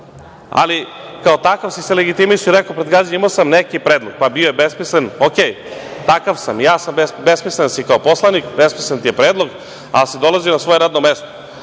ali kao takav si se legitimisao i rekao pred građane - imao sam neki predlog; pa bio besmislen, okej, takav sam, besmislen si kao poslanik, besmislen ti je predlog, ali si dolazio na svoje radno mesto. Ovo